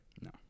No